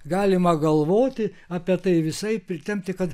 galima galvoti apie tai visai pritempti kad